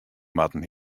moatten